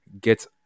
get